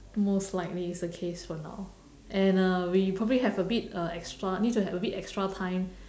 most likely is the case for now and uh we probably have a bit uh extra need to have a bit extra time